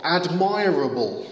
admirable